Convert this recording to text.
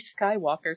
Skywalker